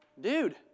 dude